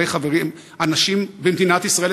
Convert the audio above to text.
אנשים במדינת ישראל,